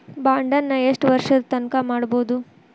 ಬಾಂಡನ್ನ ಯೆಷ್ಟ್ ವರ್ಷದ್ ತನ್ಕಾ ಇಡ್ಬೊದು?